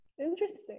Interesting